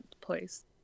place